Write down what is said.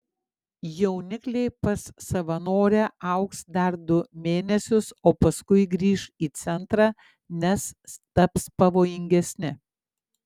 jaunikliai pas savanorę augs dar du mėnesius o paskui grįš į centrą nes taps pavojingesni